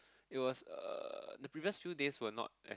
it was uh the previous few days were not as